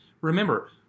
remember